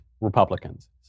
Republicans